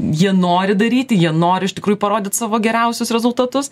jie nori daryti jie nori iš tikrųjų parodyt savo geriausius rezultatus